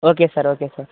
okay sir okay sir